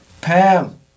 Pam